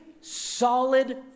solid